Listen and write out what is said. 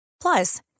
Plus